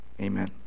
amen